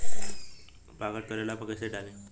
Pocket करेला पर कैसे डाली?